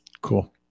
Cool